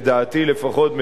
לדעתי לפחות,